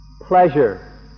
pleasure